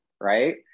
right